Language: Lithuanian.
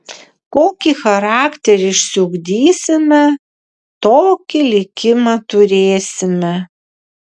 kokį charakterį išsiugdysime tokį likimą turėsime